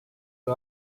the